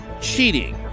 cheating